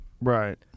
Right